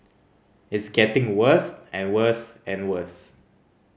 it's getting worse and worse and worse